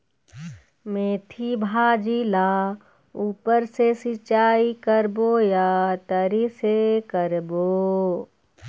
मेंथी भाजी ला ऊपर से सिचाई करबो या तरी से करबो?